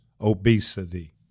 obesity